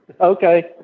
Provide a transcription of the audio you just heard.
Okay